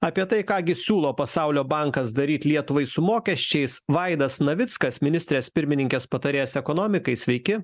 apie tai ką gi siūlo pasaulio bankas daryt lietuvai su mokesčiais vaidas navickas ministrės pirmininkės patarėjas ekonomikai sveiki